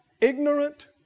Ignorant